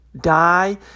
Die